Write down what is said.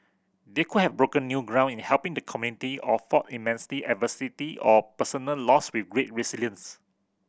they could have broken new ground in helping the community or fought immense adversity or personal loss with great resilience